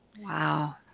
Wow